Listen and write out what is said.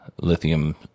lithium